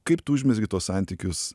kaip tu užmezgi tuos santykius